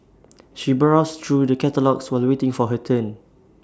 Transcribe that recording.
she browsed through the catalogues while waiting for her turn